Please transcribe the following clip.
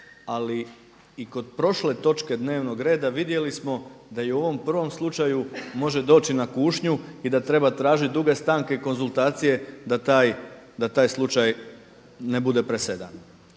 ali i kod prošle točke dnevnog reda vidjeli smo da i u ovom prvom slučaju može doći na kušnju i da treba tražiti duge stanke i konzultacije da taj slučaj ne bude presedan.